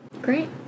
Great